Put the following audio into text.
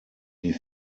die